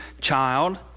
child